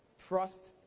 trust,